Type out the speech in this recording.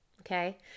Okay